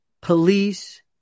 police